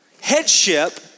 headship